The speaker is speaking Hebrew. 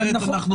אחרת,